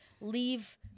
leave